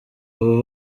abo